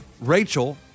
Rachel